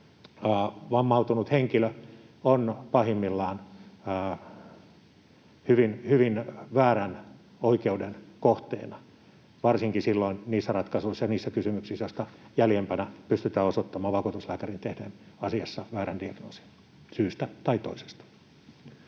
vammautunut henkilö on pahimmillaan hyvin väärän oikeuden kohteena — varsinkin niissä ratkaisuissa ja niissä kysymyksissä, joista jäljempänä pystytään osoittamaan vakuutuslääkärin tehneen asiassa väärän diagnoosin, syystä tai toisesta.